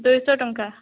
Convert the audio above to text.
ଦୁଇଶହ ଟଙ୍କା